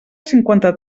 cinquanta